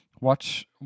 Watch